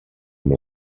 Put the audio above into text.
amb